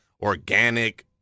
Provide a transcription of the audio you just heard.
organic